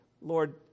Lord